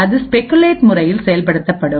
அது ஸ்பெகுலேட் முறையில் செயல்படுத்தப்படும்